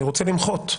אני רוצה למחות.